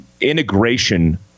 integration